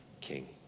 king